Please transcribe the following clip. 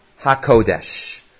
HaKodesh